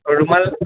অঁ ৰুমাল